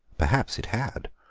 perhaps it had.